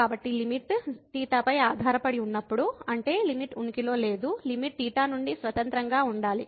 కాబట్టి లిమిట్ θ పై ఆధారపడి ఉన్నప్పుడు అంటే లిమిట్ ఉనికిలో లేదు లిమిట్ θ నుండి స్వతంత్రంగా ఉండాలి